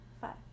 Five